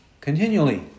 Continually